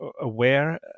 aware